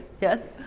Yes